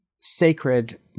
sacred